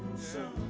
so